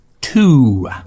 Two